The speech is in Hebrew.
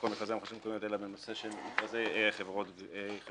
בכל מכרזי הרשויות המקומיות אלא בנושא של מכרזי חברות גבייה,